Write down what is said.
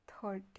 thirty